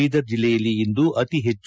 ಬೀದರ್ ಜಿಲ್ಲೆಯಲ್ಲಿ ಇಂದು ಅತಿ ಹೆಚ್ಚು